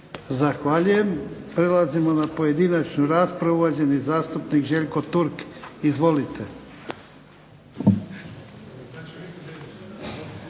Zahvaljujem. Prelazimo na pojedinačnu raspravu. Uvaženi zastupnik Željko Turk, izvolite.